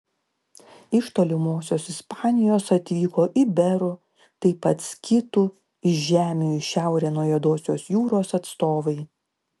iš tolimosios ispanijos atvyko iberų taip pat skitų iš žemių į šiaurę nuo juodosios jūros atstovai